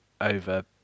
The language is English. over